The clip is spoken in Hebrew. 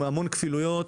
עם המון כפילויות,